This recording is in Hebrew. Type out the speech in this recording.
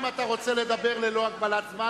אם אתה רוצה לדבר ללא הגבלת זמן,